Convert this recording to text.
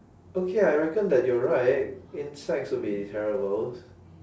okay I reckon that you're right insects will be terrible